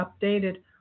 updated